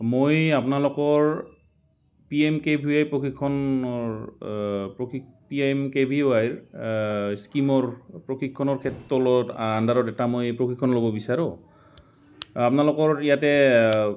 মই আপোনালোকৰ P M K V Y প্ৰশিক্ষণৰ প্ৰশি P M K V Y ৰ স্কিমৰ প্ৰশিক্ষণৰ ক্ষেত্ৰ তলত আণ্ডাৰত এটা মই প্ৰশিক্ষণ ল'ব বিচাৰোঁ আপোনালোকৰ ইয়াতে